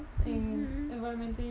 mmhmm